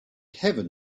heaven